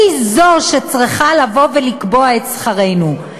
היא זאת שצריכה לקבוע את שכרנו.